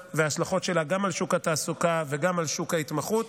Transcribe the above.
וההשלכות שלה גם על שוק התעסוקה וגם על שוק ההתמחות.